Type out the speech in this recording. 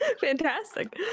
Fantastic